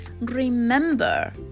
remember